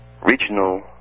regional